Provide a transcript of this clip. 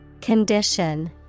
Condition